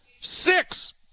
Six